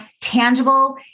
tangible